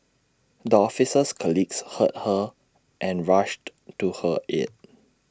the officer's colleagues heard her and rushed to her aid